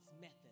method